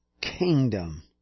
kingdom